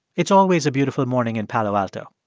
it's always a beautiful morning in palo alto.